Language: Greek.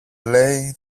λέει